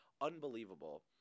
unbelievable